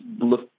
look